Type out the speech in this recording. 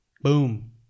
Boom